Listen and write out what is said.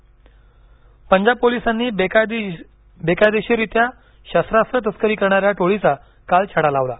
Punjab smuggler Punjab पोलिसांनी बेकायदेशीररीत्या शस्त्रास्त्र तस्करी करणाऱ्या टोळीचा काल छडा लावला